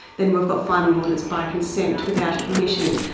then we've got final orders by consent without admission.